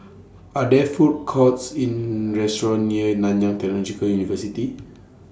Are There Food Courts in near Nanyang Technological University